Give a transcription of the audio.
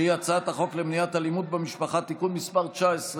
שהיא הצעת החוק למניעת אלימות במשפחה (תיקון מס' 19,